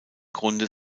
grunde